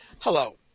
Hello